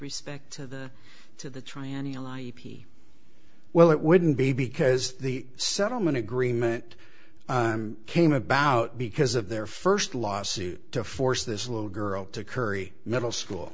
respect to the to the triennial ip well it wouldn't be because the settlement agreement came about because of their first lawsuit to force this little girl to curry middle school